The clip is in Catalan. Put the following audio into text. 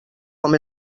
com